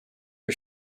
for